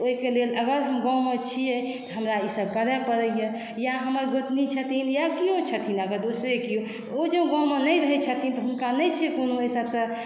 ओइके लेल अगर हम गाँवमे छियै तऽ हमरा ईसब करय पड़इए या हमर गोतनी छथिन या केओ छथिन अगर दोसरे केओ ओ जँ गाँवमे नहि रहय छथिन तऽ हुनका नहि छै कोनो अइ सबसँ